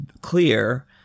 clear